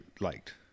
liked